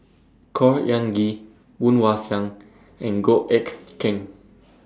Khor Ean Ghee Woon Wah Siang and Goh Eck Kheng